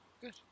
Good